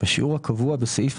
בשיעור הקבוע בסעיף